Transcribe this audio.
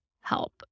help